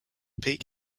peak